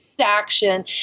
action